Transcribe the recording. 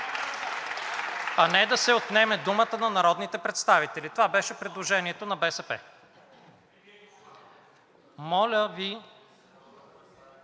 а не да се отнеме думата на народните представители. Това беше предложението на БСП. Моля Ви